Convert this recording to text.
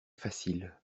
facile